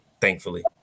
Thankfully